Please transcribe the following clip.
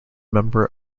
member